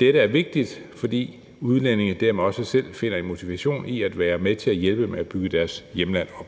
Dette er vigtigt, fordi udlændinge dermed også selv finder en motivation i at være med til at hjælpe med at bygge deres hjemland op.